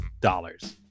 dollars